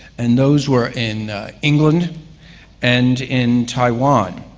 and those were in england and in taiwan.